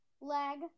leg